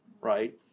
right